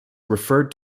referred